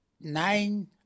nine